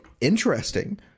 interesting